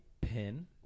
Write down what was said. pin